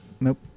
Nope